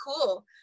cool